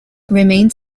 remained